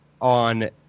on